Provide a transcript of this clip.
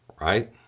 right